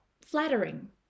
flattering